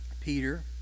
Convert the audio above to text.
Peter